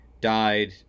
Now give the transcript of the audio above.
died